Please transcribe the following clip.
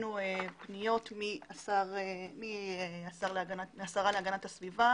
קיבלנו פניות מהשרה להגנת הסביבה